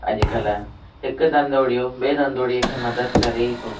अॼुकल्ह हिकु धंधोड़ियो ॿिए धंधोड़िए खे मदद करे ई थो